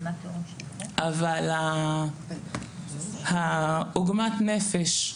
אבל עוגמת הנפש,